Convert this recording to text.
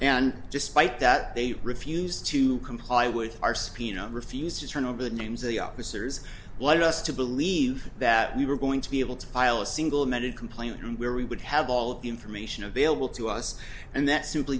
and despite that they refused to comply with our spino refused to turn over the names of the officers lead us to believe that we were going to be able to file a single amended complaint where we would have all of the information available to us and that simply